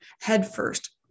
headfirst